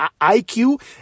IQ